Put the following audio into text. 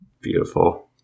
Beautiful